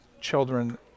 children